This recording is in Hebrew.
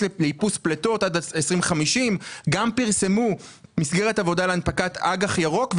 לאיפוס פלטות עד 2050. גם פרסמו מסגרת עבודה להנפיק אג"ח ירוק,